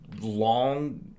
long